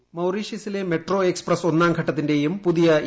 voice മൌറീഷ്യസിലെ metro express ഒന്നാം ഘട്ടത്തിന്റെയും പുതിയ ഇ